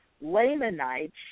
Lamanites